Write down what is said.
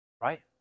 Right